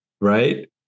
right